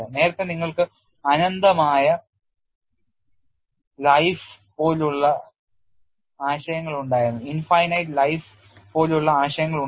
നേരത്തെ നിങ്ങൾക്ക് അനന്തമായ life പോലുള്ള ആശയങ്ങൾ ഉണ്ടായിരുന്നു